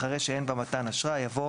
אחרי "שאין בה מתן אשראי" יבוא